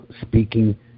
speaking